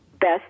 best